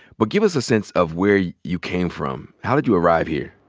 but give us a sense of where you you came from. how did you arrive here?